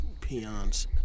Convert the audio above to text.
peons